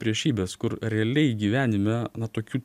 priešybės kur realiai gyvenime na tokių